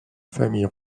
famille